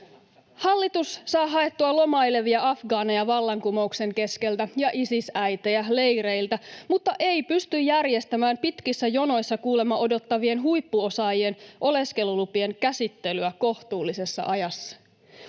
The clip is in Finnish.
Hallitus saa haettua lomailevia afgaaneja vallankumouksen keskeltä ja Isis-äitejä leireiltä, mutta ei pysty järjestämään pitkissä jonoissa kuulemma odottavien huippuosaajien oleskelulupien käsittelyä kohtuullisessa ajassa.